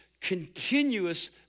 continuous